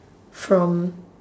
from